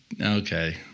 Okay